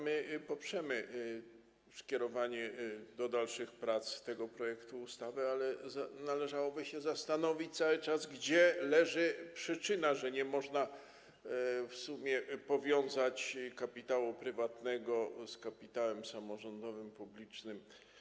My poprzemy skierowanie do dalszych prac tego projektu ustawy, ale należałoby się cały czas zastanawiać nad tym, gdzie leży przyczyna, że nie można w sumie powiązać kapitału prywatnego z kapitałem samorządowym publicznym.